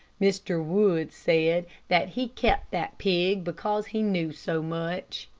mr. wood said that he kept that pig because he knew so much.